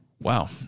Wow